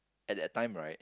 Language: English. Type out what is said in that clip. at that time right